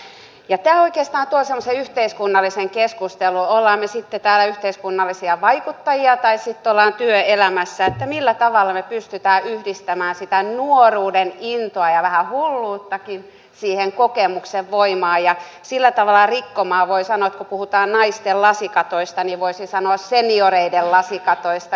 tämä oikeastaan tuo semmoisen yhteiskunnallisen keskustelun olemme me sitten täällä yhteiskunnallisia vaikuttajia tai työelämässä millä tavalla me pystymme yhdistämään sitä nuoruuden intoa ja vähän hulluuttakin siihen kokemuksen voimaan ja sillä tavalla rikkomaan voisi sanoa kun puhutaan naisten lasikatoista senioreiden lasikattoja